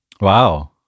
Wow